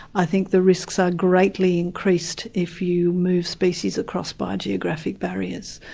i think the risks are greatly increased if you move species across biogeographic barriers.